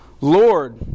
Lord